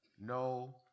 no